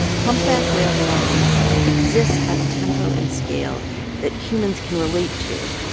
humpback whale song exists at a tempo and scale that humans can relate to.